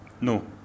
No